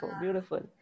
Beautiful